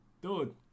Dude